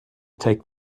take